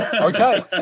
Okay